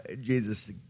Jesus